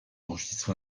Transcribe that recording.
enregistré